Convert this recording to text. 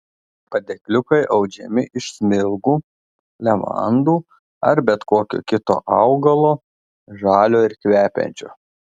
padėkliukai audžiami iš smilgų levandų ar bet kokio kito augalo žalio ir kvepiančio